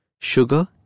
Sugar